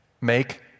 Make